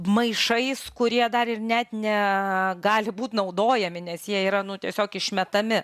maišais kurie dar ir net ne gali būt naudojami nes jie yra nu tiesiog išmetami